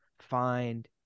find